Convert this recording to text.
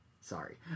sorry